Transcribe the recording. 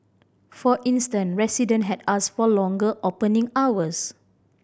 for instance resident had ask for longer opening hours